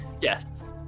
Yes